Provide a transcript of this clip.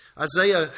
Isaiah